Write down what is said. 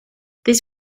this